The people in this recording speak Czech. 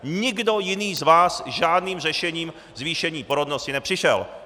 Nikdo jiný z vás s žádným řešením zvýšení porodnosti nepřišel.